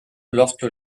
lorsque